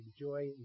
enjoy